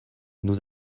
nous